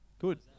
Good